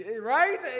right